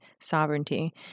sovereignty